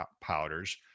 powders